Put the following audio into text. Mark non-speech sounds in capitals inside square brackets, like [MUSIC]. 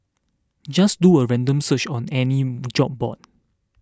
just do a random search on any [HESITATION] job board